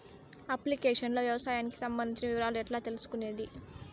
Application లో వ్యవసాయానికి సంబంధించిన వివరాలు ఎట్లా తెలుసుకొనేది?